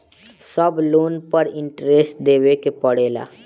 सब लोन पर इन्टरेस्ट देवे के पड़ेला?